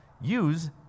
Use